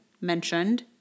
mentioned